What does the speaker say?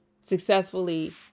successfully